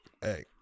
hey